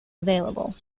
available